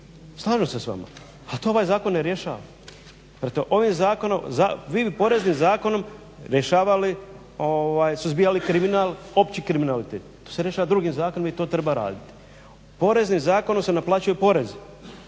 slažem se s vama, a to ovaj zakon ne rješava. Prema tome vi bi Poreznim zakonom rješavali suzbijali kriminal opći kriminalitet. To se rješava drugim zakonom i to treba raditi. Poreznim zakonom se naplaćuje porez